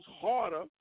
harder